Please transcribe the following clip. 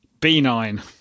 B9